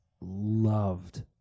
loved